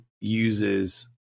uses